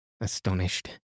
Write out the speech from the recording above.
astonished